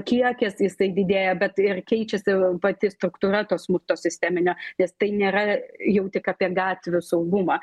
kiekis jisai didėja bet ir keičiasi pati struktūra to smurto sisteminio nes tai nėra jau tik apie gatvių saugumą